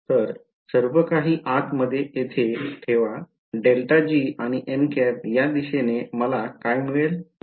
तर सर्व काही आत मध्ये येथे ठेवा ∇g आणि या दिशेने मला काय मिळेल